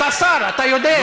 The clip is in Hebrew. אתה שר, אתה יודע.